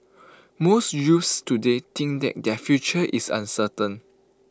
most youths today think that their future is uncertain